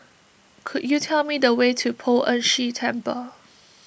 could you tell me the way to Poh Ern Shih Temple